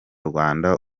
rwanda